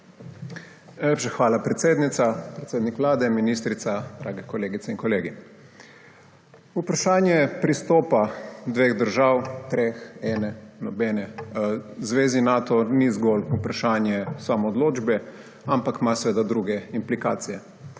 hvala, predsednica. Predsednik Vlade, ministrica, dragi kolegice in kolegi! Vprašanje pristopa dveh držav, treh, ene, nobene, Zvezi Nato ni zgolj /nerazumljivo/ samoodločbe, ampak ima seveda druge implikacije.